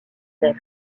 nef